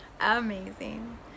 amazing